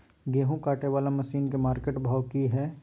गेहूं काटय वाला मसीन के मार्केट भाव की हय?